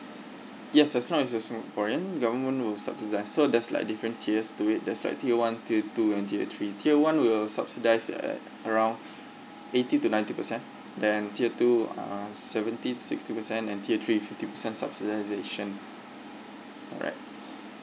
yes as long as you're singaporean government will subsidise so there's like different tiers to it there's like tier one tier two and tier three tier one will subsidise uh around eighty to ninety percent then tier two uh seventy to sixty percent and tier three is fifty percent subsidisation alright